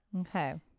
Okay